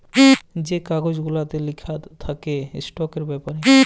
যে কাগজ গুলাতে লিখা থ্যাকে ইস্টকের ব্যাপারে